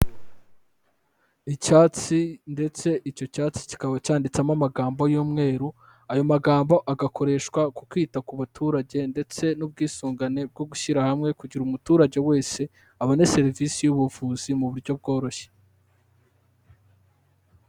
Icyatsi ndetse icyo cyatsi kikaba cyanditsemo amagambo y'umweru, ayo magambo agakoreshwa ku kwita ku baturage ndetse n'ubwisungane bwo gushyira hamwe, kugira umuturage wese abone serivisi y'ubuvuzi mu buryo bworoshye.